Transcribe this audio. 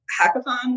hackathon